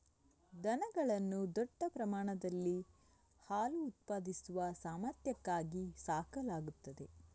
ದನಗಳನ್ನು ದೊಡ್ಡ ಪ್ರಮಾಣದಲ್ಲಿ ಹಾಲು ಉತ್ಪಾದಿಸುವ ಸಾಮರ್ಥ್ಯಕ್ಕಾಗಿ ಸಾಕಲಾಗುತ್ತದೆ